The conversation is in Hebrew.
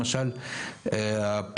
למשל,